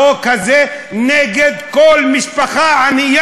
החוק הזה נגד כל משפחה ענייה,